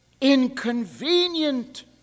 inconvenient